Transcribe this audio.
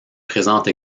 présente